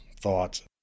thoughts